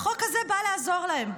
החוק הזה בא לעזור להן,